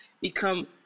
become